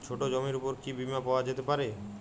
ছোট জমির উপর কি বীমা পাওয়া যেতে পারে?